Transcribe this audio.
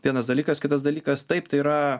vienas dalykas kitas dalykas taip tai yra